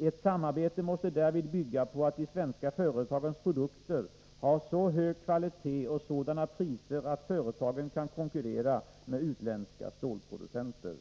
Ett samarbete måste därvid bygga på att de svenska företagens produkter har så hög kvalitet och sådana priser att företagen kan konkurrera med utländska stålproducenter.